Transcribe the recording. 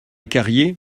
carrier